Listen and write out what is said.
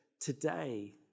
today